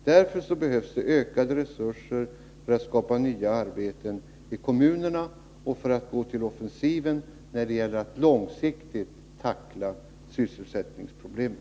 Därför behövs ökade resurser för att skapa nya arbeten i kommunerna och för att gå till offensiv när det gäller att långsiktigt tackla sysselsättningsproblemen.